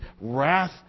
wrath